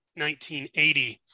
1980